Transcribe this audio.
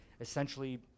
essentially